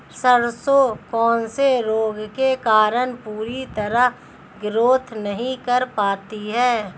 सरसों कौन से रोग के कारण पूरी तरह ग्रोथ नहीं कर पाती है?